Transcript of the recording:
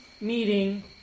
meeting